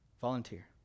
volunteer